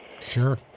Sure